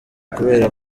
kubera